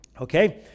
Okay